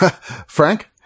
Frank